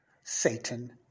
Satan